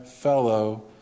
fellow